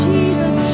Jesus